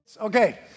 Okay